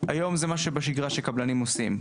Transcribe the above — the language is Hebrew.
היום זה משהו שבשגרה שקבלנים עושים.